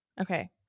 Okay